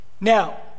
now